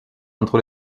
entre